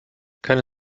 keine